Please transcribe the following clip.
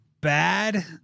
bad